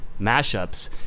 mashups